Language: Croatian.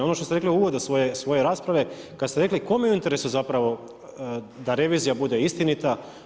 Ono što ste rekli u uvodu svoje rasprave, kad ste rekli kome je u interesu zapravo da revizija bude istinita.